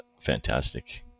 fantastic